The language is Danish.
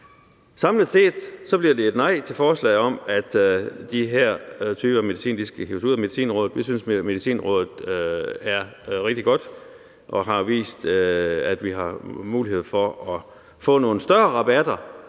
Samlet set bliver det et nej til forslaget om, at den dyre medicin skal hives ud af Medicinrådet. Vi synes, at Medicinrådet er rigtig godt og har vist, at vi har mulighed for at få nogle større rabatter